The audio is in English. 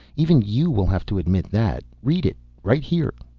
even you will have to admit that. read it, right here.